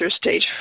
stage